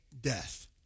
death